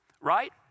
right